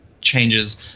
changes